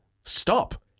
Stop